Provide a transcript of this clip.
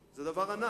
שלי, זה דבר ענק.